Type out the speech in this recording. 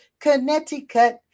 Connecticut